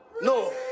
No